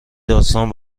داستان